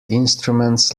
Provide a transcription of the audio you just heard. instruments